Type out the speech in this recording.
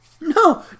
No